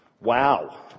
Wow